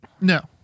No